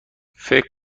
فکر